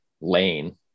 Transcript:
lane